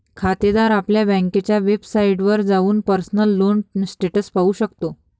खातेदार आपल्या बँकेच्या वेबसाइटवर जाऊन पर्सनल लोन स्टेटस पाहू शकतो